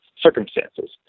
circumstances